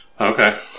Okay